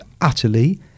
utterly